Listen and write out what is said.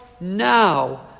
now